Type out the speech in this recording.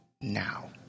now